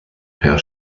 per